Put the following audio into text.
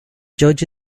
judge